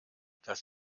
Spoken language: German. das